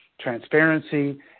transparency